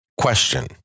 question